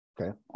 Okay